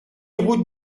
route